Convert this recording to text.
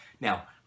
Now